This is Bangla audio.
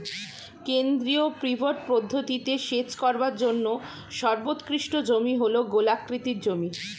কেন্দ্রীয় পিভট পদ্ধতিতে সেচ করার জন্য সর্বোৎকৃষ্ট জমি হল গোলাকৃতি জমি